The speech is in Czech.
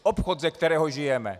Obchod, ze kterého žijeme.